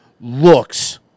looks